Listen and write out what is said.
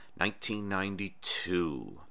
1992